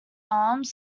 arms